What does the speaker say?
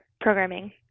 programming